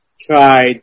tried